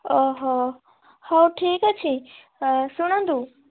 ଓହୋଃ ହଉ ଠିକ୍ ଅଛି ଶୁଣନ୍ତୁ